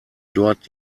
dort